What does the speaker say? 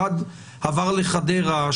אחד עבר לחדרה,